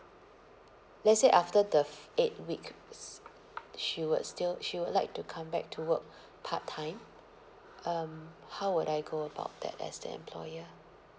let's say after the f~ eight weeks she would still she would like to come back to work part time um how would I go about that as the employer